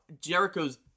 Jericho's